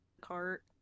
cart